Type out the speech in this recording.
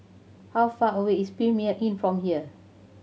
how far away is Premier Inn from here